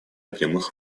прямых